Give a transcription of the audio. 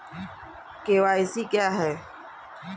KYC क्या है?